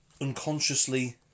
unconsciously